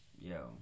Yo